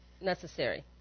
necessary